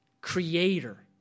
creator